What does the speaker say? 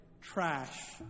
trash